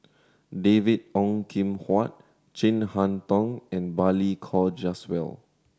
David Ong Kim Huat Chin Harn Tong and Balli Kaur Jaswal